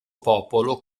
popolo